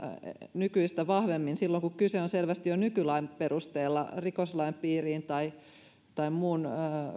nykyistä vahvemmin käytettäisiin mahdollisuutta puuttua silloin kun kyse on selvästi jo nykylain perusteella rikoslain piiriin tai tai muun